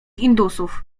indusów